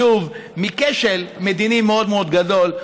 שוב מכשל מדיני מאוד גדול.